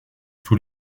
tous